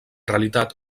realitat